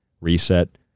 reset